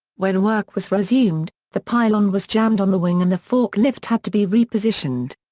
when work was resumed, the pylon was jammed on the wing and the forklift had to be repositioned.